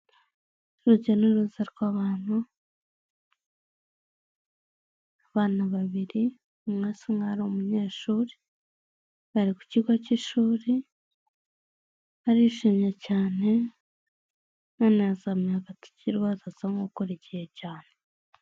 Urujya n'uruza rw'abantu, abana babiri umwe asa nkaho ari umunyeshuri, bari ku kigo cy'ishuri barishimye cyane, umwana yazamuye agatoki rwose asa nk'ukurikiye cyane.